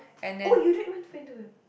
oh you didn't went for interview